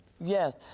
Yes